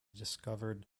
discovered